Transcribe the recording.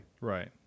Right